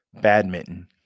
Badminton